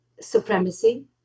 supremacy